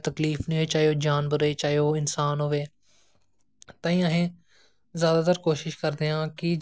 ते कुड़ियां कुड़ियां जियां हून तुस लाई लैओ साढ़ी साढ़ी जेहडी महिला ना